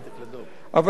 אבל מה שנכתב